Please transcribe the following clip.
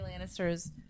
Lannister's